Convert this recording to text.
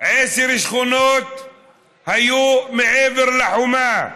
עשר שכונות היו מעבר לחומה,